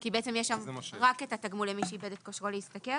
כי יש שם רק את התגמול למי שאיבד את כושרו להשתכר